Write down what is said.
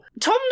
Tom